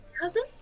Cousin